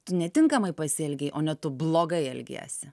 tu netinkamai pasielgei o ne tu blogai elgiesi